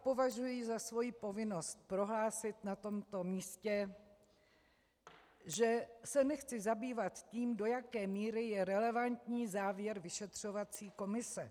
Považuji za svoji povinnost prohlásit na tomto místě, že se nechci zabývat tím, do jaké míry je relevantní závěr vyšetřovací komise.